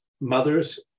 mothers